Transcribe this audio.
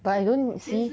I don't see